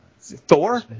Thor